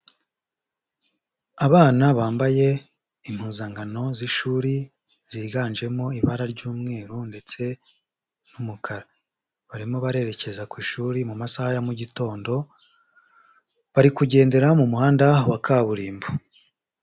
Abana bambaye impuzankano z'ishuri ziganjemo ibara ry'umweru ndetse n'umukara, barimo barerekeza ku ishuri mu masaha ya mu gitondo, bari kugendera mu muhanda wa kaburimbo.